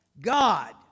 God